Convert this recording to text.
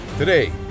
Today